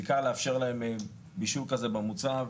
לאפשר להם בישול במוצב.